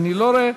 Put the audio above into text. אני לא רואה.